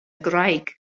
graig